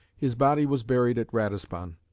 his body was buried at ratisbon,